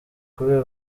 kubera